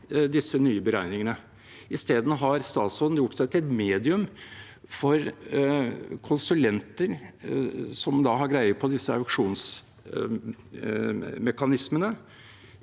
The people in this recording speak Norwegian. disse nye beregningene. I stedet har statsråden gjort seg til et medium for konsulenter som har greie på disse auksjonsmekanismene.